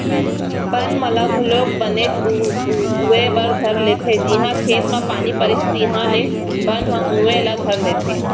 बन मन घलौ बनेच उवे बर धर लेथें जिहॉं खेत म पानी परिस तिहॉले बन ह उवे ला धर लेथे